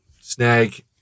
snag